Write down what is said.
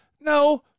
No